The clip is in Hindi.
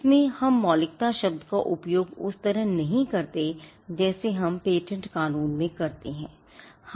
इसमें हम मौलिकता शब्द का उपयोग उस तरह नहीं करते जैसे हम पेटेंट क़ानून में करते हैं